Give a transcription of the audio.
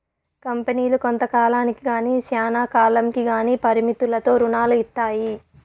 కంపెనీలు కొంత కాలానికి గానీ శ్యానా కాలంకి గానీ పరిమితులతో రుణాలు ఇత్తాయి